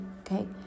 okay